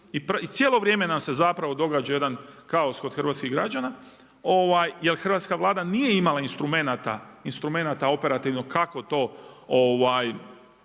i cijelo vrijeme nam se zapravo događa jedan kaos kod hrvatskih građana jer hrvatska Vlada nije imala instrumenata operativnog kako to